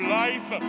life